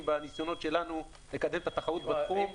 בניסיונות שלנו לקדם את התחרות בתחום.